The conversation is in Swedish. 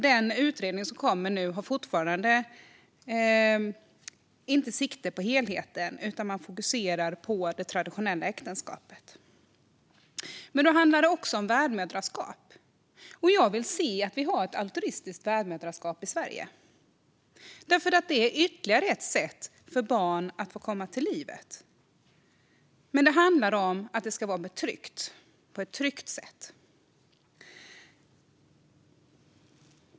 Den utredning som kommer nu har fortfarande inte sikte på helheten utan fokuserar på det traditionella äktenskapet. Ett annat område är värdmoderskap. Jag vill se ett altruistiskt värdmoderskap i Sverige därför att det är ytterligare ett sätt för barn att få komma till livet. Men det ska vara på ett tryggt sätt.